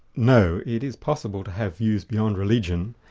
no, it is possible to have views beyond religion,